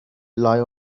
lie